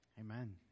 Amen